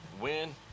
win